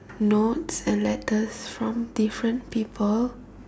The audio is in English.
notes and letters from different people